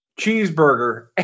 Cheeseburger